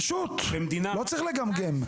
פשוט, לא צריך לגמגם.